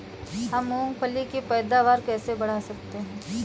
हम मूंगफली की पैदावार कैसे बढ़ा सकते हैं?